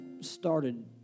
started